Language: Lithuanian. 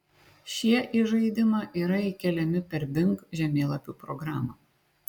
šie į žaidimą yra įkeliami per bing žemėlapių programą